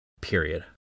period